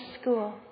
school